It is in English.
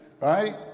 right